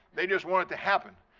they just want it to happen.